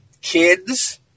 kids